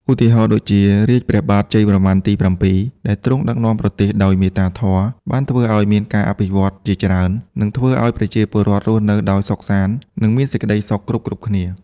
ឧទាហរណ៍ដូចជា រាជ្យព្រះបាទជ័យវរ្ម័នទី៧ ដែលទ្រង់ដឹកនាំប្រទេសដោយមេត្តាធម៌ បានធ្វើឲ្យមានការអភិវឌ្ឍន៍ជាច្រើន និងធ្វើឱ្យប្រជាពលរដ្ឋរស់នៅដោយសុខសាន្ត និងមានសេចក្តីសុខគ្រប់ៗគ្នា។